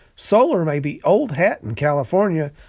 solar may be old-hat in california,